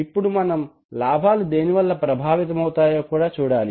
ఇప్పుడు మనం లాభాలు దేనివల్ల ప్రభావితమవుతాయో చూడాలి